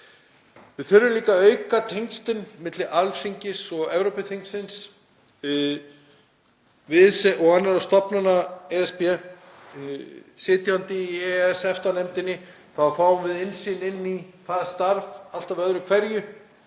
Við þurfum líka að auka tengslin milli Alþingis og Evrópuþingsins og annarra stofnana ESB. Sitjandi í EES/EFTA-nefndinni þá fáum við innsýn í það starf öðru hverju